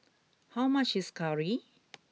how much is curry